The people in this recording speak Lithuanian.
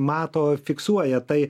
mato fiksuoja tai